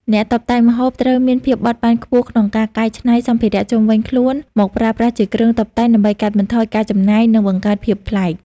អ្នកតុបតែងម្ហូបត្រូវមានភាពបត់បែនខ្ពស់ក្នុងការកែច្នៃសម្ភារៈជុំវិញខ្លួនមកប្រើប្រាស់ជាគ្រឿងតុបតែង ដើម្បីកាត់បន្ថយចំណាយ និងបង្កើតភាពប្លែក។